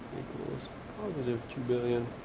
equals positive two billion.